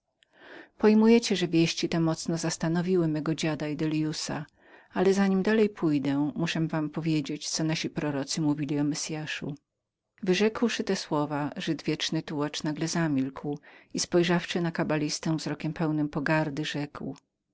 pojmujecie że wieści te mocno zastanowiły mego dziada i delliusa ale za nim dalej pójdę muszę wam powiedzieć co nasi prorocy mówili o messyaszu wyrzekłszy te słowa żyd wieczny tułacz nagle zamilkł i spojrzawszy na kabalistę wzrokiem pełnym wzgardy